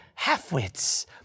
HALFWITS